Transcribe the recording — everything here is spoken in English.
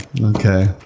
okay